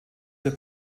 der